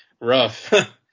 rough